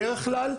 בדרך כלל,